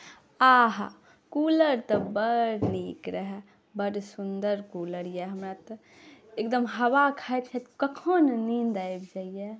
आहा कूलर तऽ बड़ नीक रहै बड़ सुन्दर कूलर अइ हमरा तऽ एकदम हवा खाइत खाइत कखन नीन्द आबि जाइए